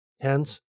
Hence